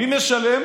מי משלם?